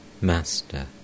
Master